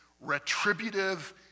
retributive